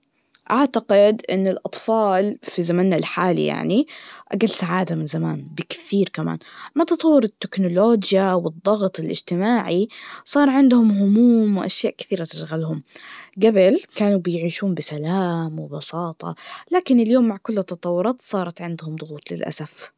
أعتقد إن الأطفال في زماننا الحالي يعني, أجل سعادة من زماننا بكثير كمان, مع تطور التكنولوجيا, والضغط الإجتماعي صار عندهم هموم وأشياء كثيرة تشغلهم, جبل كانوا بيعيشون بسلام, وبساطة, لكن اليوم مع كل التطورات صارت عندهم ضغوط للأسف.